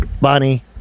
Bonnie